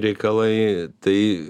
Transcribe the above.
reikalai tai